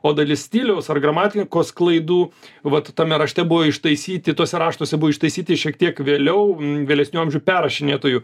o dalis stiliaus ar gramatikos klaidų vat tame rašte buvo ištaisyti tuose raštuose buvo ištaisyti šiek tiek vėliau vėlesnių amžių perrašinėtojų